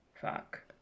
Fuck